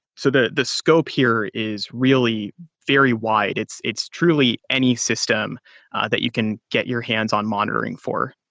so the the scope here is really very wide. it's it's truly any system that you can get your hands on monitoring for.